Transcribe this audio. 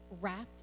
wrapped